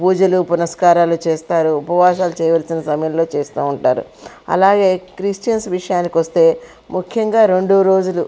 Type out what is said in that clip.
పూజలు పునస్కారాలు చేస్తారు ఉపవాసాలు చేయవలసిన సమయంలో చేస్తూ ఉంటారు అలాగే క్రిష్టియన్స్ విషయానికి వస్తే ముఖ్యంగా రెండు రోజులు